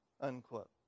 Unquote